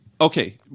Okay